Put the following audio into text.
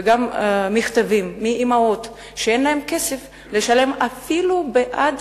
וגם מכתבים מאמהות שאין להן כסף לשלם אפילו בעד